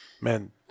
man